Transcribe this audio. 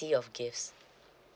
~ty of gifts